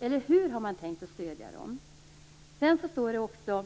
Eller hur har man tänkt stödja dem? Det står också: